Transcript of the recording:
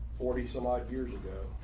forty some odd years ago,